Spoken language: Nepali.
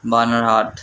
बानरहाट